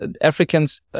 Africans